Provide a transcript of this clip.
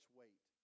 weight